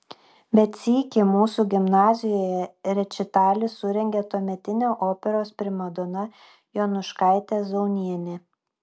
bet sykį mūsų gimnazijoje rečitalį surengė tuometinė operos primadona jonuškaitė zaunienė